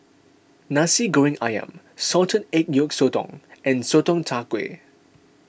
Nasi Goreng Ayam Salted Egg Yolk Sotong and Sotong Char Kway